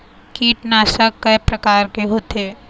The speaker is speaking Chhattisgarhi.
कीटनाशक कय प्रकार के होथे?